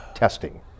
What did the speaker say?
Testing